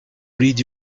read